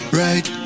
right